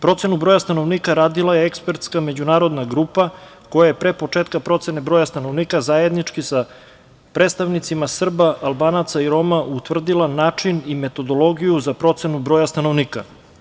Procenu broja stanovnika radila je ekspertska međunarodna grupa koja je pre početka procene broja stanovnika zajednički sa predstavnicima Srba, Albanaca i Roma utvrdila način i metodologiju za procenu broja stanovnika.